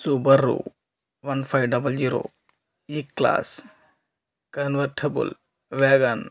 Subaru one five double zero E class convertible vegan